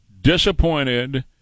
disappointed